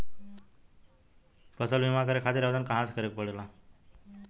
फसल बीमा करे खातिर आवेदन कहाँसे करे के पड़ेला?